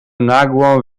nagłą